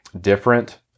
different